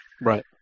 Right